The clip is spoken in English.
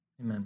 Amen